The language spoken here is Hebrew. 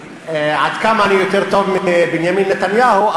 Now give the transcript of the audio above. עד כמה אני יותר טוב מבנימין נתניהו,